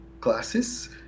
classes